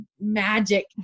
magic